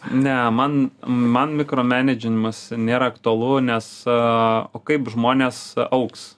ne man man mikromedžinimas nėra aktualu nes o kaip žmonės augs